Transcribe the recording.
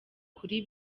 kuri